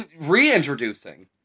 Reintroducing